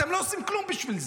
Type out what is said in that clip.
אתם לא עושים כלום בשביל זה,